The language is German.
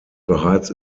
bereits